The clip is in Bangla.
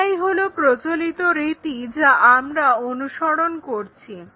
এটাই হলো প্রচলিত রীতি যা আমরা অনুসরণ করছি